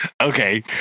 Okay